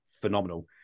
phenomenal